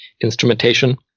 instrumentation